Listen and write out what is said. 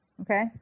okay